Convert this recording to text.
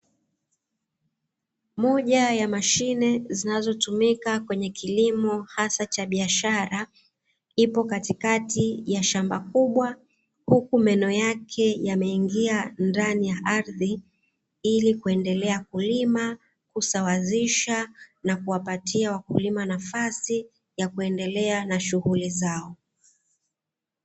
Moja ya mashine zinazotumika kwenye kilimo hasa cha biashara, ipo katikati ya shamba kubwa huku meno yake yameingia ndani ya ardhi ili kuendelea kulima, kusawazisha na kuwapatia wakulima nafasi ya kuendelea na shughuli zao.